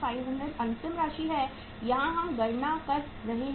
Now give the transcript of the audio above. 67500 अंतिम राशि है यहां हम गणना कर रहे हैं